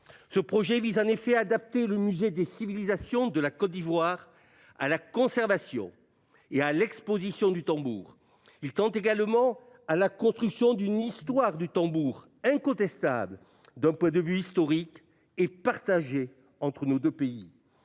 Ce projet vise en effet à adapter le Musée des civilisations de la Côte d'Ivoire à la conservation. et à l'exposition du tambour. Il tente également à la construction d'une histoire du tambour incontestable d'un point de vue historique et partagé entre nos deux pays.